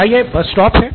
क्या यह bus stop है